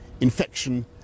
infection